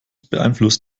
beeinflusst